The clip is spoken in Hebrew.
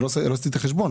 אני לא עשיתי את החשבון,